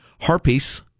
Harpies